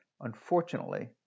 unfortunately